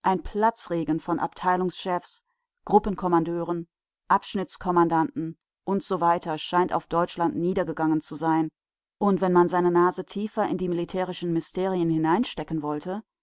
ein platzregen von abteilungschefs gruppenkommandeuren abschnittskommandanten usw scheint auf deutschland niedergegangen zu sein und wenn man seine nase tiefer in die militärischen mysterien hineinstecken wollte